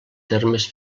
termes